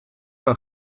een